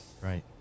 Right